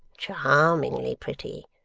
charmingly pretty.